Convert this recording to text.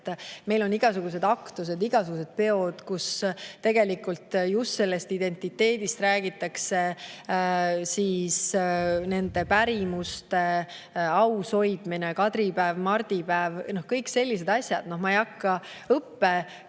Meil on igasugused aktused, igasugused peod, kus just sellest identiteedist räägitakse. Pärimuste aus hoidmine, kadripäev, mardipäev – kõik sellised asjad. Ma ei hakka õppekavasid